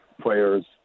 players